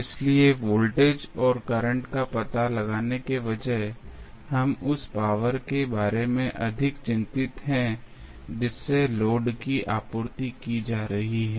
इसलिए वोल्टेज और करंट का पता लगाने के बजाय हम उस पावर के बारे में अधिक चिंतित हैं जिससे लोड की आपूर्ति की जा रही है